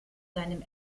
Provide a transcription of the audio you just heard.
seinem